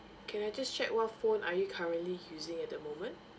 can I just check what phone are you currently using at the moment